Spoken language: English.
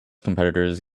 competitors